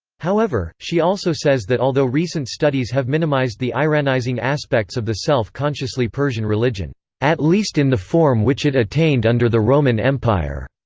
however, she also says that although recent studies have minimized the iranizing aspects of the self-consciously persian religion at least in the form which it attained under the roman empire,